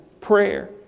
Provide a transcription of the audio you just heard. prayer